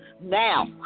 now